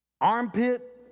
armpit